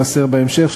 יימסר בהמשך,